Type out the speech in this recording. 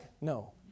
No